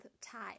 type